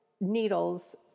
needles